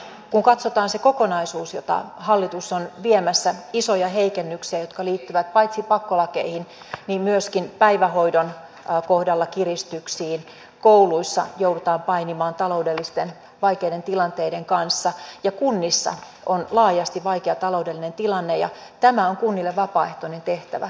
kun katsotaan se kokonaisuus jota hallitus on viemässä isoja heikennyksiä jotka liittyvät paitsi pakkolakeihin myöskin päivähoidon kohdalla kiristyksiin kouluissa joudutaan painimaan taloudellisten vaikeiden tilanteiden kanssa ja kunnissa on laajasti vaikea taloudellinen tilanne ja tämä on kunnille vapaaehtoinen tehtävä